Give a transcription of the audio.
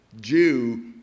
Jew